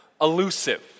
elusive